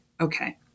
okay